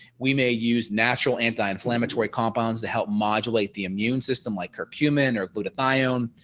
we may use natural anti inflammatory compounds to help modulate the immune system like curcumin or glutathione,